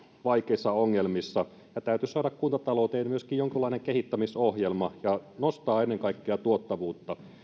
vaikeissa ongelmissa täytyisi saada kuntatalouteen myöskin jonkunlainen kehittämisohjelma ja ennen kaikkea nostaa tuottavuutta